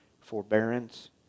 forbearance